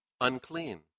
unclean